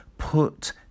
Put